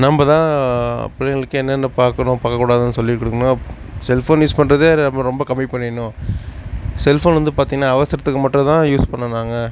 நம்ம தான் பிள்ளைங்களுக்கு என்னென்ன பார்க்கணும் பார்க்க கூடாதுன்னு சொல்லி கொடுக்கணும் செல்ஃபோன் யூஸ் பண்ணுறதே அது ரொம்ப கம்மி பண்ணிடணும் செல்ஃபோன் வந்து பார்த்திங்கனா அவசரத்துக்கு மட்டும் தான் யூஸ் பண்ணோம் நாங்கள்